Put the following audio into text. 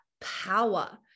power